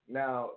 now